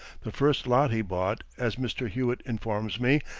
the first lot he bought, as mr. hewitt informs me,